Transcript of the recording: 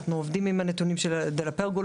אנחנו עובדים עם הנתונים של דלה-פרגולה,